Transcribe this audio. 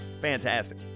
fantastic